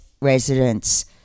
residents